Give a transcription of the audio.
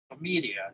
media